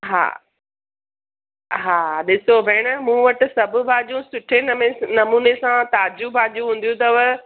हा हा ॾिसो भेण मूं वटि सभ भाॼियूं सुठे नमे नमूने सां ताजियूं भाॼियूं हूंदियूं अथव